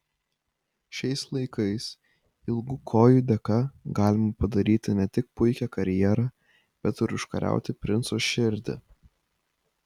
šiais laikais ilgų kojų dėka galima padaryti ne tik puikią karjerą bet ir užkariauti princo širdį